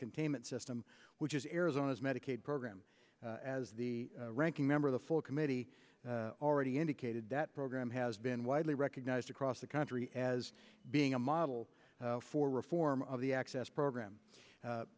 containment system which is arizona's medicaid program as the ranking member of the full committee already indicated that program has been widely recognized across the country as being a model for reform of the access program